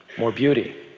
more beauty.